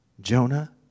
Jonah